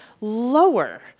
lower